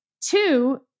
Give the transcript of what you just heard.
two